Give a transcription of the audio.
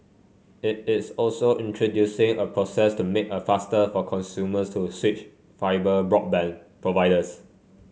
it is also introducing a process to make a faster for consumers to switch fibre broadband providers